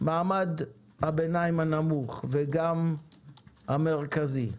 מעמד הביניים הנמוך וגם המרכזי.